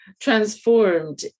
transformed